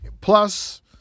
plus